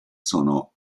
sono